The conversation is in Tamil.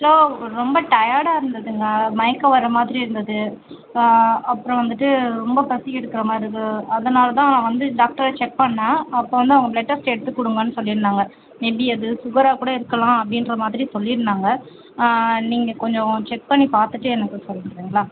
ஸோ ரொம்ப டயர்டா இருந்ததுங்க மயக்கம் வர மாதிரி இருந்தது அப்புறோம் வந்துட்டு ரொம்ப பசி எடுக்கிற மாதிரி இருக்கு அதனால் தான் வந்து டாக்க்ட்டரு செக் பண்ணோம் அப்போ வந்து அவங்க பிளட் டெஸ்ட் எடுத்து கொடுங்கன்னு சொல்லியிருந்தாங்க மேபி அது சுகராக கூட இருக்கலாம் அப்படின்ற மாதிரி சொல்லியிருந்தாங்க நீங்கள் கொஞ்சம் செக் பண்ணி பார்த்துட்டு எனக்கு சொல்ல முடியுமா